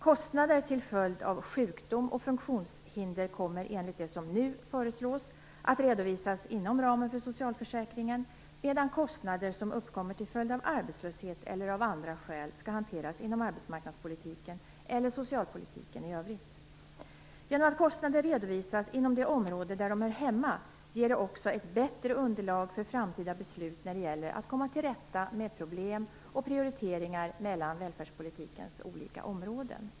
Kostnader till följd av sjukdom och funktionshinder kommer enligt det som nu föreslås att redovisas inom ramen för socialförsäkringen, medan kostnader som uppkommer till följd av arbetslöshet eller av andra skäl skall hanteras inom arbetsmarknadspolitiken eller inom socialpolitiken i övrigt. Genom att kostnader redovisas inom det område där de hör hemma ger det också ett bättre underlag för framtida beslut när det gäller att komma till rätta med problem och prioriteringar mellan välfärdspolitikens olika områden.